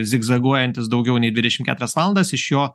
zigzaguojantis daugiau nei dvidešim keturias valandas iš jo